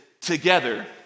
together